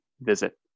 visit